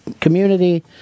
Community